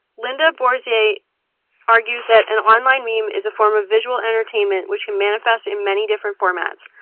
linda borzsei argues that an online meme is a form of visual entertainment which can manifest in many different formats,